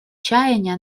чаяния